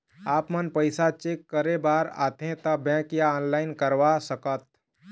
आपमन पैसा चेक करे बार आथे ता बैंक या ऑनलाइन करवा सकत?